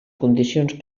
condicions